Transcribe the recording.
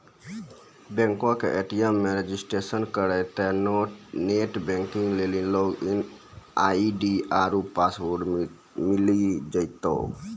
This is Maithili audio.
बैंको के ए.टी.एम मे रजिस्ट्रेशन करितेंह नेट बैंकिग लेली लागिन आई.डी आरु पासवर्ड मिली जैतै